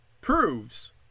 proves